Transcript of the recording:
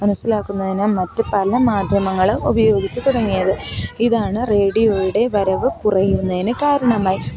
മനസ്സിലാക്കുന്നതിനും മറ്റ് പല മാധ്യമങ്ങൾ ഉപയോഗിച്ച് തുടങ്ങിയത് ഇതാണ് റേഡിയോയുടെ വരവ് കുറയുന്നതിന് കാരണമായി